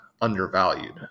undervalued